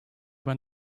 when